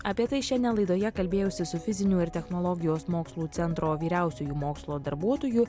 apie tai šiandien laidoje kalbėjausi su fizinių ir technologijos mokslų centro vyriausiuoju mokslo darbuotoju